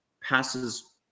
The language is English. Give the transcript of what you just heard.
passes